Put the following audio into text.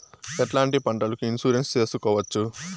ఎట్లాంటి పంటలకు ఇన్సూరెన్సు చేసుకోవచ్చు?